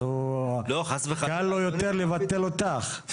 אבל קל לו יותר לבטל אותך,